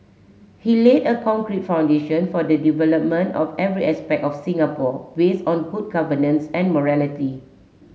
he laid a concrete foundation for the development of every aspect of Singapore based on good governance and morality